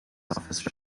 office